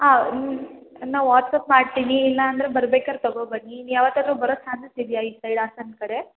ಹಾಂ ಹ್ಞೂ ನಾ ವಾಟ್ಸಪ್ ಮಾಡ್ತೀನಿ ಇಲ್ಲಾಂದ್ರೆ ಬರ್ಬೇಕಾರೆ ತೊಗೋ ಬನ್ನಿ ಇನ್ನು ಯಾವತ್ತಾದ್ರು ಬರೋ ಚಾನ್ಸಸ್ ಇದೆಯಾ ಈ ಸೈಡ್ ಹಾಸನ ಕಡೆ